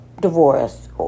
divorce